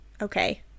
Okay